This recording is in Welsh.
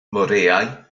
moreau